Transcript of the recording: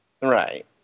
right